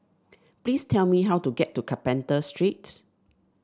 please tell me how to get to Carpenter Street